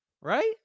right